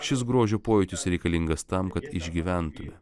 šis grožio pojūtis reikalingas tam kad išgyventume